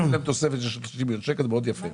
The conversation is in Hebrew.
תהיה להן תוספת של 30 מיליון שקלים וזה מאוד יפה.